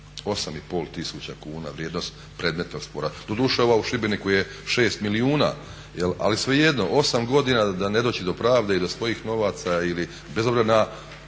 kuna vrijednost predmetnog spora. Doduše ova u Šibeniku je 6 milijuna, ali svejedno 8 godina da ne dođe do pravde i do svojih novaca ili bez obzira